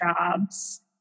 jobs